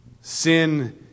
Sin